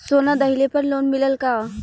सोना दहिले पर लोन मिलल का?